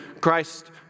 Christ